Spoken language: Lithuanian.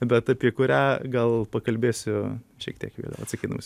bet apie kurią gal pakalbėsiu šiek tiek vėliau atsakydamas